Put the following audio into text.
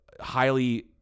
highly